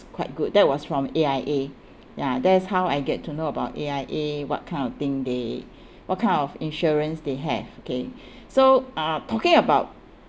quite good that was from A_I_A ya that's how I get to know about A_I_A what kind of thing they what kind of insurance they have okay so uh talking about